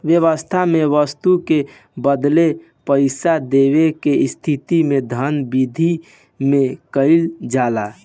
बेवस्था में बस्तु के बदला पईसा देवे के स्थिति में धन बिधि में कइल जाला